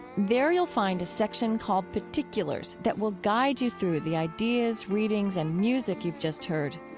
there you'll find a section called particulars that will guide you through the ideas, readings and music you've just heard.